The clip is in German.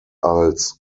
als